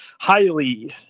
highly